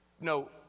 No